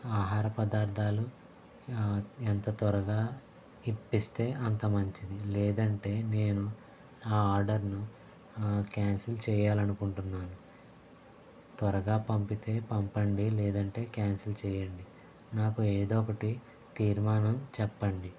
ఆహార పదార్థాలు ఎంత త్వరగా ఇప్పిస్తే అంత మంచిది లేదంటే నేను నా ఆర్డర్ను క్యాన్సిల్ చేయాలనుకుంటున్నాను త్వరగా పంపితే పంపండి లేదంటే క్యాన్సిల్ చేయండి నాకు ఏదో ఒకటి తీర్మానం చెప్పండి